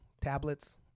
tablets